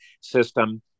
system